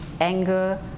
anger